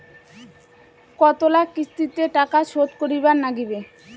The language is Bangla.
কতোলা কিস্তিতে টাকা শোধ করিবার নাগীবে?